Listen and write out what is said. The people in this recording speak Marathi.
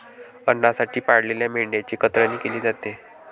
अन्नासाठी पाळलेल्या मेंढ्यांची कतरणी केली जाते